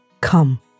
Come